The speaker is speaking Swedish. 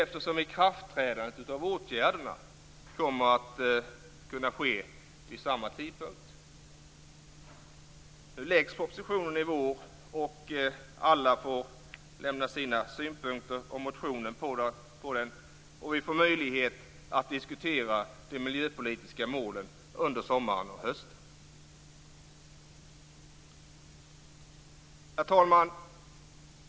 Åtgärderna kommer nämligen att kunna träda i kraft vid samma tidpunkt. Propositionen läggs alltså fram i vår, och alla får lämna sina synpunkter och motionera på den. Vi får alltså möjlighet att diskutera de miljöpolitiska målen under sommaren och hösten. Herr talman!